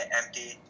empty